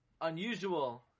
unusual